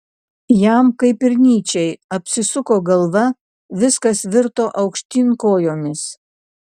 jam kaip ir nyčei apsisuko galva viskas virto aukštyn kojomis